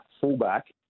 fullback